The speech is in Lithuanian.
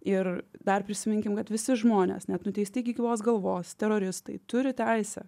ir dar prisiminkim kad visi žmonės net nuteisti iki gyvos galvos teroristai turi teisę